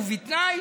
בתנאי